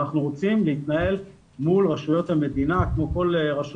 אנחנו רוצים להתנהל מול רשויות המדינה כמו כל רשות